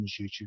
youtube